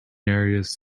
areas